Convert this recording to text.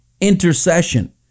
intercession